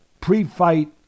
pre-fight